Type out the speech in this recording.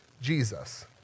Jesus